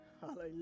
Hallelujah